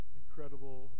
incredible